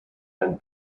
and